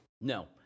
No